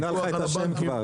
הפיקוח על הבנקים?